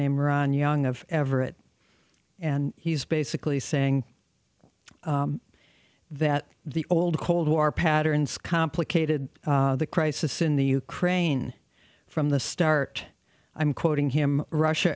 named ron young of everett and he's basically saying that the old cold war patterns complicated the crisis in the ukraine from the start i'm quoting him russia